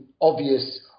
obvious